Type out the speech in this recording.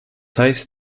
heißt